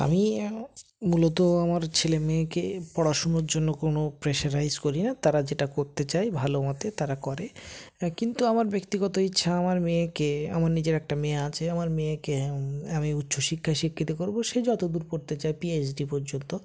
আমি মূলত আমার ছেলে মেয়েকে পড়াশুনোর জন্য কোনো প্রেসারাইস করি না তারা যেটা করতে চায় ভালো মতে তারা করে কিন্তু আমার ব্যক্তিগত ইচ্ছা আমার মেয়েকে আমার নিজের একটা মেয়ে আছে আমার মেয়েকে আমি উচ্চ শিক্ষায় শিক্ষিত করবো সে যতো দূর পড়তে চায় পিএইচডি পর্যন্ত